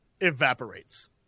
evaporates